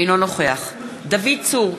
אינו נוכח דוד צור,